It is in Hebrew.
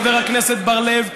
חבר הכנסת בר-לב,